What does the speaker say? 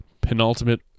Penultimate